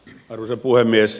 arvoisa puhemies